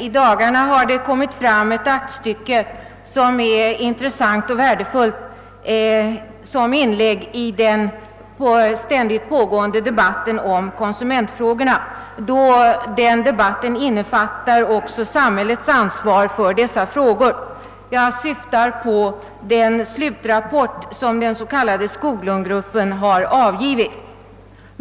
I dagarna har kommit fram ett aktstycke, som är intressant och värdefullt som inlägg i den ständigt pågående debatten om konsumentfrågorna, eftersom denna debatt också innefattar samhällets ansvar för dessa frågor. Jag syftar på den slutrapport som den s.k. Skoglundgruppen har avgivit.